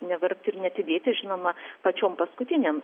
nevargti ir neatidėti žinoma pačiom paskutinėm